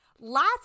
last